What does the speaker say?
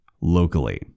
locally